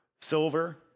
silver